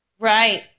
Right